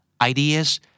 ideas